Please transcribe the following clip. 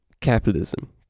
capitalism